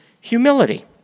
humility